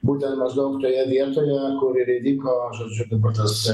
būtent maždaug toje vietoje kur ir įvyko žodžiu dabar tas